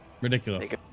Ridiculous